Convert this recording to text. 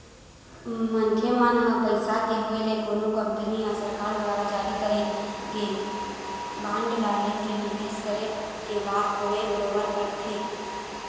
मनखे मन ह पइसा के होय ले कोनो कंपनी या सरकार दुवार जारी करे गे बांड ला लेके निवेस करे के बात होवय बरोबर करथे